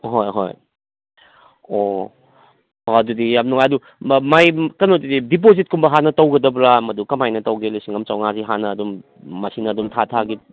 ꯑꯍꯣꯏ ꯍꯣꯏ ꯑꯣ ꯑꯣ ꯑꯗꯨꯗꯤ ꯌꯥꯝ ꯅꯨꯡꯉꯥꯏ ꯑꯗꯣ ꯃꯥꯏ ꯀꯩꯅꯣꯗꯨꯗꯤ ꯗꯤꯄꯣꯖꯤꯠꯀꯨꯝꯕ ꯍꯥꯟꯅ ꯇꯧꯒꯗꯕ꯭ꯔꯥ ꯃꯗꯨ ꯀꯃꯥꯏꯅ ꯇꯧꯒꯦ ꯂꯤꯁꯤꯡ ꯑꯃ ꯆꯥꯝꯃꯉꯥꯁꯦ ꯍꯥꯟꯅ ꯑꯗꯨꯝ ꯃꯁꯤꯅ ꯑꯗꯨꯝ ꯊꯥ ꯊꯥꯒꯤ